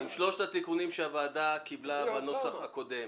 עם שלושת התיקונים שהוועדה קיבלה בנוסח הקודם.